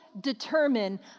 determine